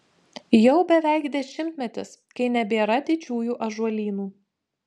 jau beveik dešimtmetis kai nebėra didžiųjų ąžuolynų